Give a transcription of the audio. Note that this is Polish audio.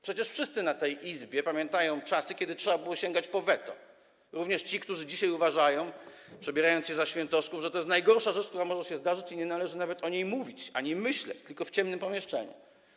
Przecież wszyscy w tej Izbie pamiętają czasy, kiedy trzeba było sięgać po weto, również ci, którzy dzisiaj uważają, przebierając się za świętoszków, że to jest najgorsza rzecz, która może się zdarzyć, i nie należy nawet o niej mówić ani myśleć, tylko w ciemnym pomieszczeniu.